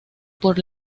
por